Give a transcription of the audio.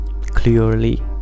clearly